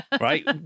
right